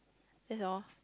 that's all